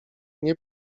nie